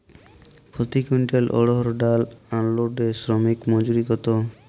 প্রতি কুইন্টল অড়হর ডাল আনলোডে শ্রমিক মজুরি কত?